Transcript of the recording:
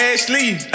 Ashley